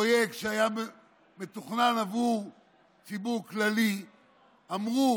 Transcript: פרויקט שהיה מתוכנן עבור ציבור כללי ואמרו